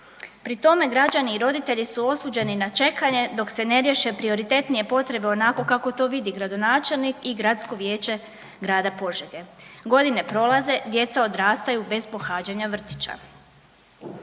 Pri tome građani i roditelji su osuđeni na čekanje dok se ne riješe prioritetnije potrebe onako kako to vidi gradonačelnik i Gradsko vijeće grada Požege. Godine prolaze, djeca odrastaju bez pohađanja vrtića.